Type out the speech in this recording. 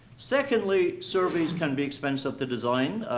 secondly, surveys can be expensive to design,